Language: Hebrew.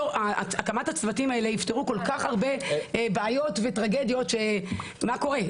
הקמת הצוותים האלה יפתרו כל כך הרבה בעיות וטרגדיות של מה קורה,